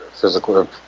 physical